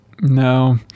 no